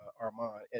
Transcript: Armand